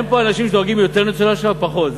אין פה אנשים שדואגים יותר לניצולי השואה או פחות.